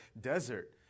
desert